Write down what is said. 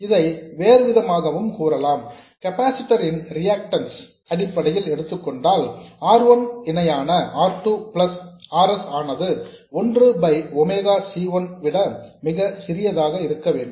இதை வேறுவிதமாகவும் கூறலாம் கெப்பாசிட்டர் ன் ரிஆக்டன்ஸ் அடிப்படையில் எடுத்துக்கொண்டால் R 1 இணையான R 2 பிளஸ் R s ஆனது ஒன்று பை ஒமேகா C 1 விட மிக சிறியதாக இருக்க வேண்டும்